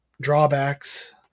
drawbacks